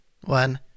one